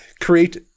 create